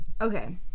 Okay